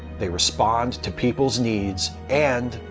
they respond to people's needs and,